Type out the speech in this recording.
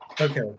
Okay